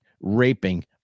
raping